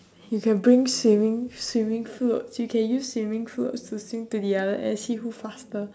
you could bring swimming swimming floats you can use swimming floats to swim to the other end see who faster